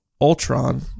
Ultron